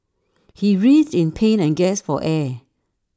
he writhed in pain and gasped for air